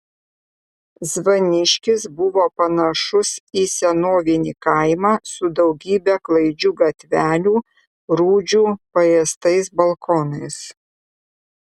zvaniškis buvo panašus į senovinį kaimą su daugybe klaidžių gatvelių rūdžių paėstais balkonais